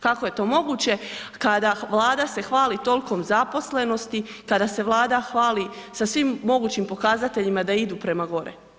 Kako je to moguće kada Vlada se hvali tolikom zaposlenosti, kada se Vlada hvali sa svim mogućim pokazateljima da idu prema gore?